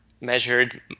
measured